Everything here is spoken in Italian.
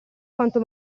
quanto